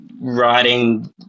writing